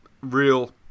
real